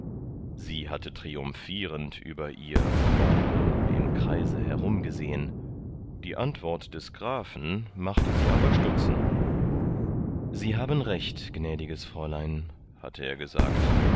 sie hatte triumphierend über ihr bonmot im kreise umhergesehen die antwort des grafen machte sie aber stutzen sie haben recht gnädiges fräulein hatte er gesagt